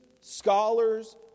scholars